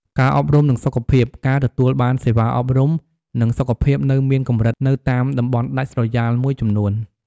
ការអប់រំ និងសុខភាព ការទទួលបានសេវាអប់រំ និងសុខភាពនៅមានកម្រិតនៅតាមតំបន់ដាច់ស្រយាលមួយចំនួន។